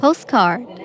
Postcard